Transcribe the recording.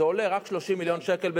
זה עולה רק 30 מיליון שקל בשנה,